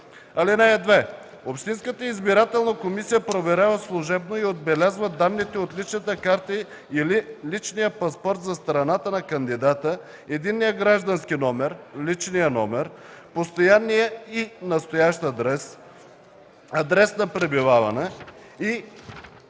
лица. (2) Общинската избирателна комисия проверява служебно и отбелязва данните от личната карта или личния паспорт за страната на кандидата, единния граждански номер (личния номер), постоянния и настоящия адрес (адрес на пребиваване) и